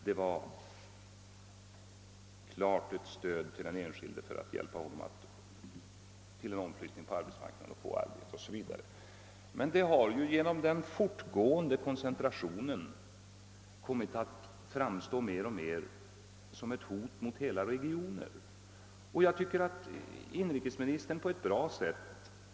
Det var ett klart stöd för att hjälpa den enskilde vid en omflyttning. Men genom den fortgående koncentrationen har det stödet mer och mer kommit att framstå som ett hot mot hela regioner.